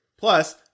Plus